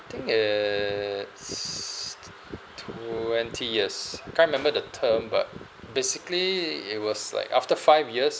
I think it's twenty years can't remember the term but basically it was like after five years